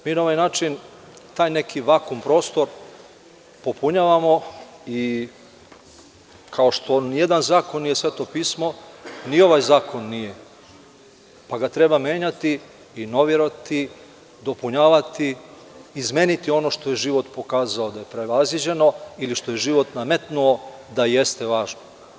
Mi na ovaj način taj neki vakum prostor popunjavamo i kao što nijedan zakon nije Sveto pismo ni ovaj zakon nije, pa ga treba menjati, inovirati, dopunjavati, izmeniti ono što je život pokazao da je prevaziđeno ili što je život nametnuo da jeste važno.